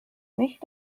nicht